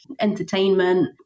entertainment